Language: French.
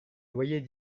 loyers